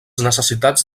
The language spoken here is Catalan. necessitats